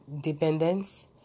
dependence